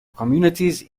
communities